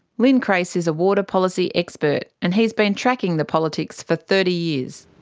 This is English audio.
lin crase is a water policy expert, and he's been tracking the politics for thirty years.